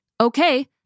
Okay